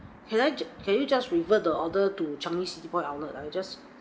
can I jus~ can you just revert the order to changi city point outlet lah I just